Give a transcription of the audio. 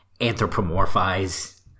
anthropomorphize